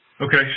okay